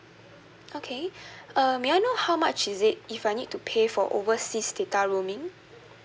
okay uh may I know how much is it if I need to pay for overseas data roaming